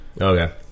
Okay